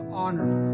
honored